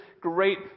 great